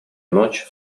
ночь